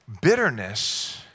Bitterness